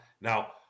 Now